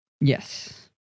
Yes